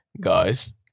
Guys